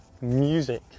music